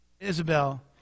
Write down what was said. Isabel